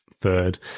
third